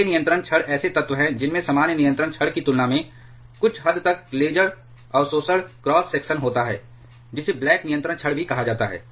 grey नियंत्रण छड़ ऐसे तत्व हैं जिनमें सामान्य नियंत्रण छड़ की तुलना में कुछ हद तक लेजर अवशोषण क्रॉस सेक्शन होता है जिसे ब्लैक नियंत्रण छड़ भी कहा जाता है